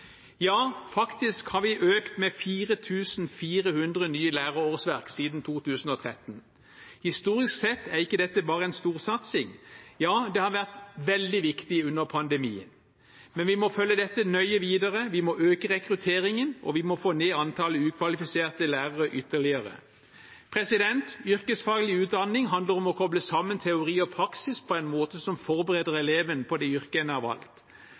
ja, faktisk har vi økt med 4 400 nye lærerårsverk siden 2013. Historisk sett er ikke dette bare en storsatsing. Ja, det har vært veldig viktig under pandemien, men vi må følge dette nøye videre, vi må øke rekrutteringen, og vi må få ned antallet ukvalifiserte lærere ytterligere. Yrkesfaglig utdanning handler om å koble sammen teori og praksis på en måte som forbereder eleven på det yrket en har valgt.